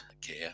care